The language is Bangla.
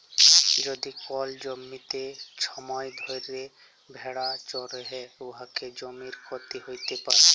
যদি কল জ্যমিতে ছময় ধ্যইরে ভেড়া চরহে উয়াতে জ্যমির ক্ষতি হ্যইতে পারে